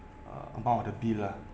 uh amount of the bill ah